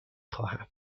خواهم